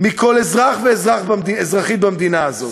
מכל אזרח ואזרחית במדינה הזאת.